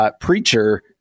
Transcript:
preacher